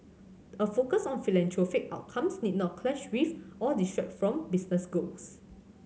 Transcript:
a focus on philanthropic outcomes need not clash with or distract from business goals